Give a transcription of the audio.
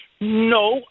No